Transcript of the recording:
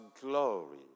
glory